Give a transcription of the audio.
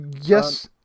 yes